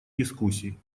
дискуссий